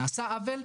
נעשה עוול,